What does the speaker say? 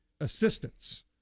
assistance